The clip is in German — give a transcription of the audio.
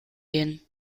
gehen